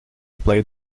played